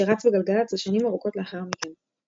שרץ בגלגלצ עוד שנים ארוכות לאחר מכן.